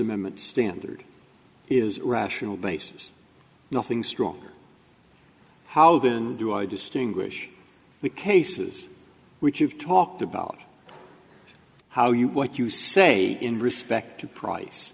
amendment standard is rational basis nothing stronger how then do i distinguish the cases which you've talked about how you what you say in